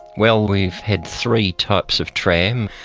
well we've had three types of tram.